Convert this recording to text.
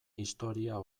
historia